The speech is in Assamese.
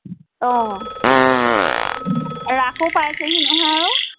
অঁ ৰাসো পাইছেহি নহয় আৰু